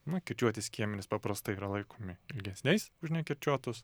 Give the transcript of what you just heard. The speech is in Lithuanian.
nu kirčiuoti skiemenys paprastai yra laikomi ilgesniais už nekirčiuotus